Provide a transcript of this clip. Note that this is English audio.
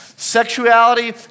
sexuality